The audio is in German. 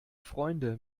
freunde